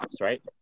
right